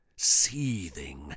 Seething